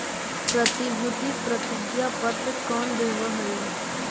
प्रतिभूति प्रतिज्ञा पत्र कौन देवअ हई